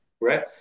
right